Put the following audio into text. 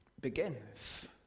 begins